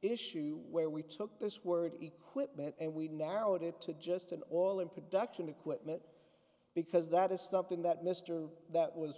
issue where we took this word equipment and we narrowed it to just an all in production equipment because that is something that mr that was